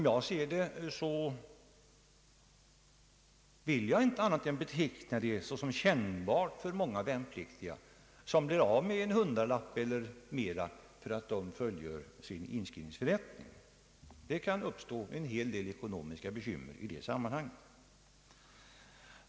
Jag kan inte beteckna det annat än som kännbart för många värnpliktiga att bli av med en hundralapp eller mera för att de fullgör sin inskrivningsförrättning. Det kan uppstå en hel del ekonomiska bekymmer i det sammanhanget.